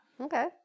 Okay